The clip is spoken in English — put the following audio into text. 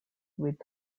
with